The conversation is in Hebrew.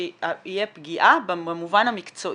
שתהיה פגיעה במובן המקצועי.